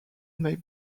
may